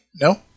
No